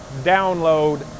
download